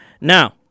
Now